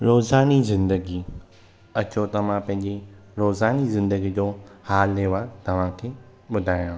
रोज़ानी ज़िंदगी अचो त मां पंहिंजी रोज़ानी ज़िंदगी जो हाल अहिवालु तव्हांखे ॿुधायां